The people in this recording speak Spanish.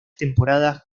temporadas